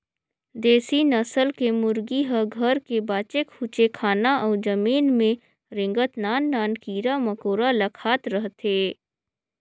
देसी नसल के मुरगी ह घर के बाचे खुचे खाना अउ जमीन में रेंगत नान नान कीरा मकोरा ल खात रहथे